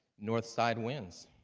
northside winds